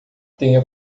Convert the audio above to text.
tenha